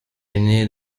ainée